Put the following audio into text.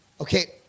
Okay